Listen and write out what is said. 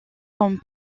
comme